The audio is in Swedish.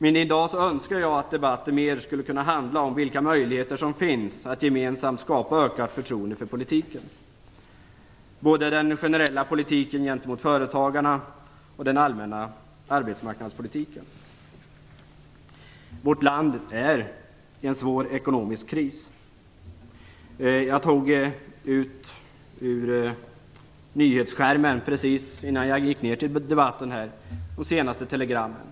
I dag önskar jag dock att debatten mera skulle kunna handla om vilka möjligheter som finns att gemensamt skapa ökat förtroende för politiken - både den generella politiken gentemot företagarna och den allmänna arbetsmarknadspolitiken. Vårt land befinner sig i en svår ekonomisk kris. Precis innan jag gick ner till debatten tog jag ut de senaste nyhetstelegrammen.